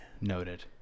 Noted